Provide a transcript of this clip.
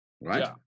Right